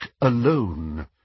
alone